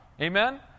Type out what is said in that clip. amen